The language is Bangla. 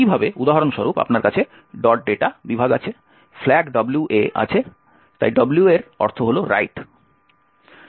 একইভাবে উদাহরণস্বরূপ আপনার কাছে data বিভাগ আছে ফ্ল্যাগ WA আছে তাই W এর অর্থ হল Write